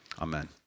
Amen